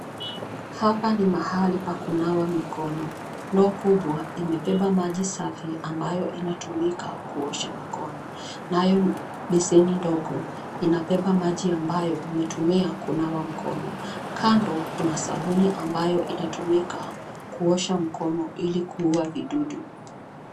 Hapa ni mahali pa kunawa mikono, ndoo kubwa, imebeba maji safi, ambayo inatumika kuosha mikono, nayo beseni ndogo, inabebea maji ambayo umetumia, kunawa mkono. Kando, kuna sabuni ambayo, inatumika kuosha mkono ili kuua vidudu.